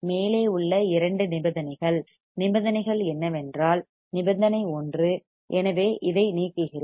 மேலே உள்ள இரண்டு நிபந்தனைகள் நிபந்தனைகள் என்னவென்றால் நிபந்தனை ஒன்று எனவே இதை நீக்குகிறேன்